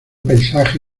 paisaje